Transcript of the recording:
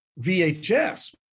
VHS